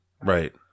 Right